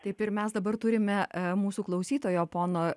taip ir mes dabar turime mūsų klausytojo pono